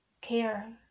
care